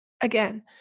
again